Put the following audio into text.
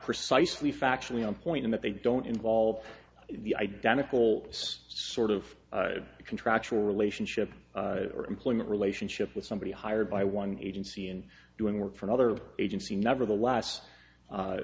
precisely factually on point in that they don't involve the identical sort of contractual relationship or employment relationship with somebody hired by one agency and doing work for another agency nevertheless